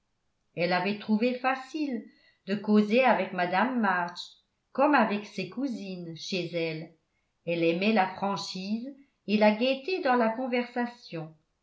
elle avait trouvé facile de causer avec mme march comme avec ses cousines chez elle elle aimait la franchise et la gaieté dans la conversation